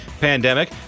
pandemic